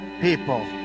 people